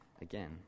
again